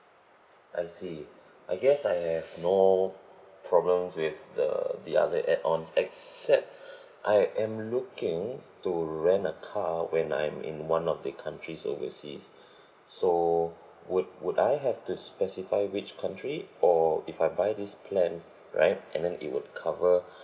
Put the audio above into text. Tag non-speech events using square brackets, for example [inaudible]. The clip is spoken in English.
I see [breath] I guess I have no problems with the the other add ons except [breath] I am looking to rent a car when I'm in one of the countries overseas [breath] so would would I have to specify which country or if I buy this plan right and then it would cover [breath]